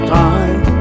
time